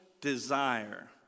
desire